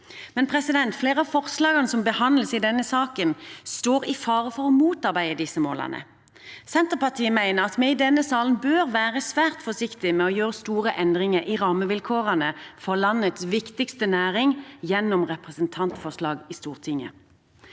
denne salen. Flere av forslagene som behandles i denne saken, står i fare for å motarbeide disse målene. Senterpartiet mener at vi i denne salen bør være svært forsiktige med å gjøre store endringer i rammevilkårene for landets viktigste næring gjennom representantforslag i Stortinget.